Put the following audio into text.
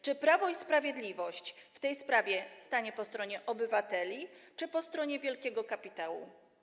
Czy Prawo i Sprawiedliwość w tej sprawie stanie po stronie obywateli, czy po stronie wielkiego kapitału?